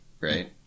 right